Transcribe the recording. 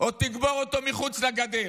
או תקבור אותו מחוץ לגדר?